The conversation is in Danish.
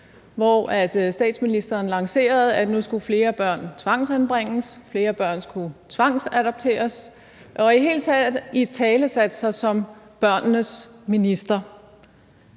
hvor statsministeren lancerede, at nu skulle flere børn tvangsanbringes, flere børn skulle tvangsadopteres, og i det hele taget italesatte sig som børnenes minister.